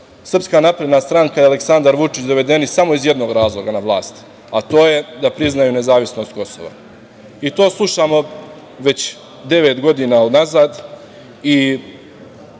a to je da su SNS i Aleksandar Vučić dovedeni samo iz jednog razloga na vlast, a to je da priznaju nezavisnost Kosova. To slušamo već devet godina unazad. Država